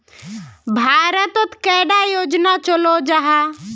भारत तोत कैडा योजना चलो जाहा?